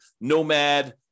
Nomad